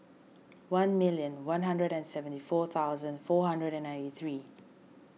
one million one hundred and seventy four thousand four hundred and ninety three